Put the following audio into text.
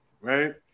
Right